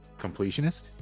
completionist